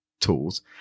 tools